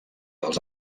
dels